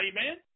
amen